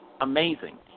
amazing